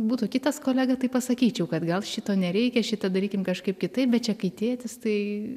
būtų kitas kolega tai pasakyčiau kad gal šito nereikia šitą darykim kažkaip kitaip bet čia kai tėtis tai